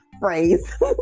phrase